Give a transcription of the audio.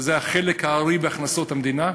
שזה חלק הארי בהכנסות המדינה,